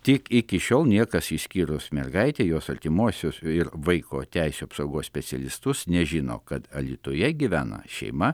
tik iki šiol niekas išskyrus mergaitę jos artimuosius ir vaiko teisių apsaugos specialistus nežino kad alytuje gyvena šeima